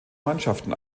mannschaften